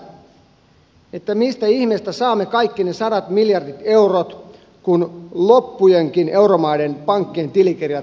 ihmettelen vielä sitä mistä ihmeestä saamme kaikki ne sadat miljardit eurot kun loppujenkin euromaiden pankkien tilikirjat tarkistetaan